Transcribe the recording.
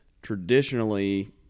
traditionally